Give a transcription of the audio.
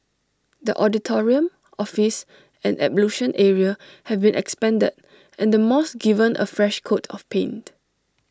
the auditorium office and ablution area have been expanded and the mosque given A fresh coat of paint